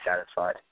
satisfied